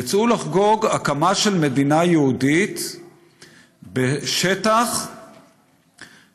יצאו לחגוג הקמה של מדינה יהודית בשטח שהוא